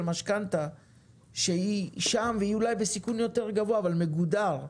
משכנתא שהיא אולי בסיכון יותר גבוה אבל מגודר,